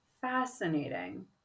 Fascinating